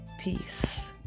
Peace